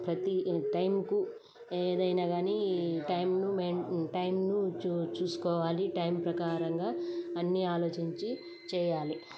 ప్రతి టైంకు ఏదైనా కానీ టైంను మె టైంను చూ చూసుకోవాలి టైం ప్రకారంగా అన్నీ ఆలోచించి చెయ్యాలి